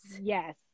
Yes